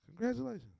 Congratulations